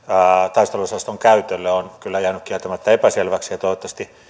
taisteluosaston käytölle on kyllä jäänyt kieltämättä epäselväksi ja toivottavasti